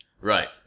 right